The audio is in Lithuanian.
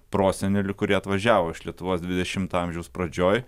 prosenelių kurie atvažiavo iš lietuvos dvidešimto amžiaus pradžioj